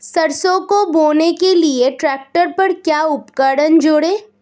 सरसों को बोने के लिये ट्रैक्टर पर क्या उपकरण जोड़ें?